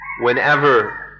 whenever